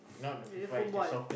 uh the football